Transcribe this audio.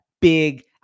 big